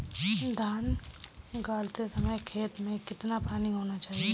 धान गाड़ते समय खेत में कितना पानी होना चाहिए?